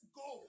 go